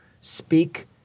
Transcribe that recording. speak